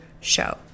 show